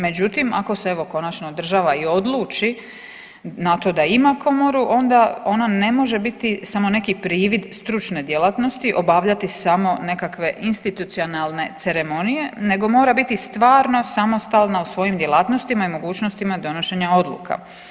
Međutim, ako se evo konačno država i odluči na to da ima komoru onda ona ne može biti samo neki privid stručne djelatnosti, obavljati samo nekakve institucionalne ceremonije nego mora biti stvarno samostalna u svojim djelatnostima i mogućnostima donošenja odluka.